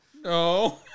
No